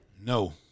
No